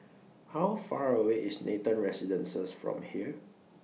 How Far away IS Nathan Residences from here